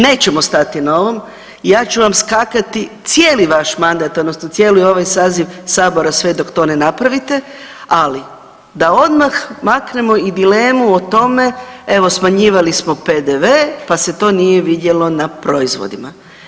Nećemo stati na ovom, ja ću vam skakati cijeli vaš mandat odnosno cijeli ovaj saziv sabora sve dok to ne napravite, ali da odmah maknemo i dilemu o tome evo smanjivali smo PDV pa se to nije vidjelo na proizvodima.